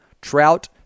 Trout